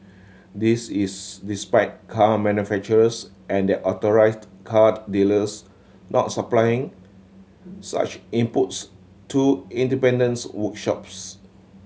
this is despite car manufacturers and their authorised car dealers not supplying such inputs to independence workshops